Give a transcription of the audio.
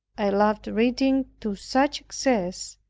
i loved reading to such excess,